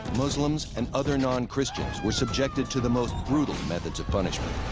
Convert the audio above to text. muslims, and other non-christians were subjected to the most brutal methods of punishment.